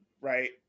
right